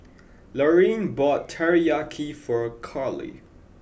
Lorine bought Teriyaki for Karlee